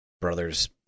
brothers